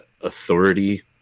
authority